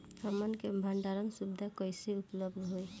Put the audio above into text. हमन के भंडारण सुविधा कइसे उपलब्ध होई?